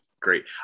Great